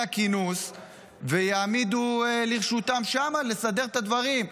הכינוס ויעמדו לרשותם שם לסדר את הדברים.